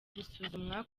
gusuzumwa